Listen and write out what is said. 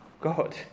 God